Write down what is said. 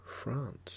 France